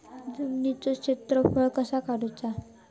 जमिनीचो क्षेत्रफळ कसा काढुचा?